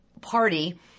party